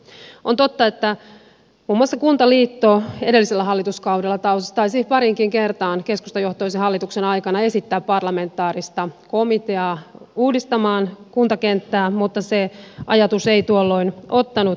on totta että muun muassa kuntaliitto edellisellä hallituskaudella taisi pariinkin kertaan keskustajohtoisen hallituksen aikana esittää parlamentaarista komiteaa uudistamaan kuntakenttää mutta se ajatus ei tuolloin ottanut tulta